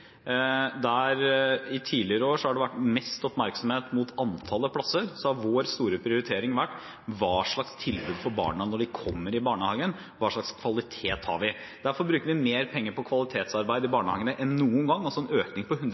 Tidligere år har det vært mest oppmerksomhet mot antallet plasser. Vår store prioritering har vært: Hva slags tilbud får barna når de kommer i barnehagen? Hva slags kvalitet har vi? Derfor bruker vi mer penger på kvalitetsarbeid i barnehagene enn noen gang, altså en økning på